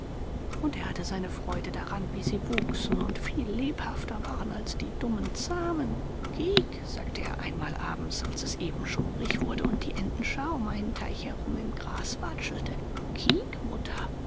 und er hatte seine freude daran wie sie wuchsen und viel lebhafter waren als die dummen zahmen kiek sagte er einmal abends als es eben schummrig wurde und die entenschar um einen teich herum im gras watschelte